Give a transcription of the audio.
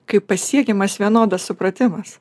kai pasiekiamas vienodas supratimas